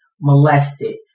molested